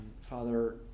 Father